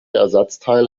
ersatzteil